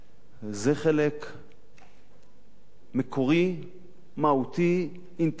זה חלק מקורי, מהותי, אינטגרלי,